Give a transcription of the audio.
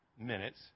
minutes